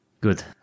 Good